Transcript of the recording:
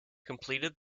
completed